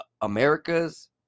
America's